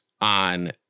on